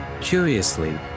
Curiously